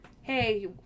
hey